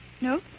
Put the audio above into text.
No